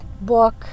book